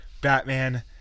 batman